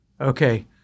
Okay